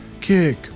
Kick